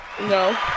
No